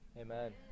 Amen